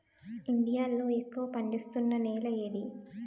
India లో ఎక్కువ పండిస్తున్నా నేల ఏది?